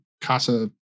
casa